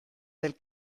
del